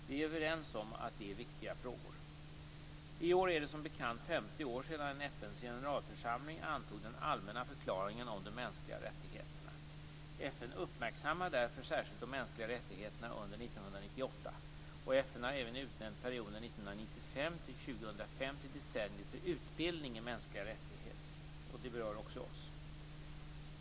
Vi är överens om att detta är viktiga frågor. I år är det som bekant 50 år sedan FN:s generalförsamling antog den allmänna förklaringen om de mänskliga rättigheterna. FN uppmärksammar därför särskilt de mänskliga rättigheterna under 1998. FN har även utnämnt perioden 1995-2005 till decenniet för utbildning i mänskliga rättigheter. Det berör också oss.